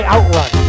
OutRun